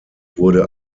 wurde